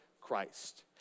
Christ